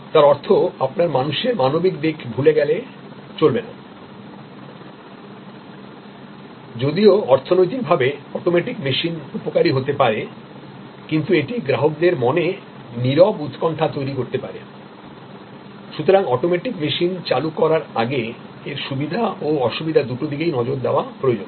এর অর্থ আপনার মানুষের মানবিক দিক ভুলে গেলে চলবে না যদিও অর্থনৈতিকভাবে অটোমেটিক মেশিন উপকারী হতে পারে কিন্তু এটি গ্রাহকের মনে নীরব উত্কণ্ঠা তৈরি করতে পারে সুতরাং অটোমেটিক মেশিন চালু করার আগে এর সুবিধা ও অসুবিধা দুটি দিকেই নজর দেওয়া প্রয়োজন